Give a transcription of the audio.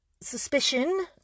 suspicion